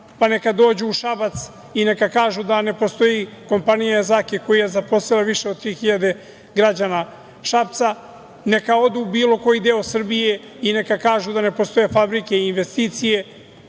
neka dođu u Šabac i neka kažu da ne postoji kompanija „Jazaki“ koja je zaposlila više od tri hiljade građana Šapca. Neka odu u bilo koji deo Srbije i neka kažu da ne postoje fabrike i investicije.